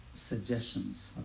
suggestions